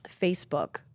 Facebook